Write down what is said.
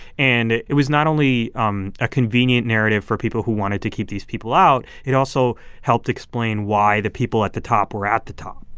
and it was not only um a convenient narrative for people who wanted to keep these people out. it also helped explain why the people at the top were at the top.